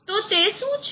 તો તે શું છે